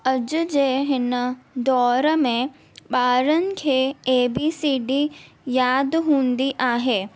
अॼु जे हिन दौरि में ॿारनि खे ए बी सी डी यादि हूंदी आहे